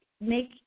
make